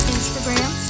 Instagram